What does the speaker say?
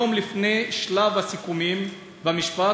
יום לפני שלב הסיכומים במשפט,